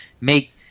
make